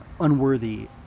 unworthy